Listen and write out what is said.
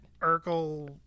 Urkel